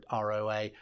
ROA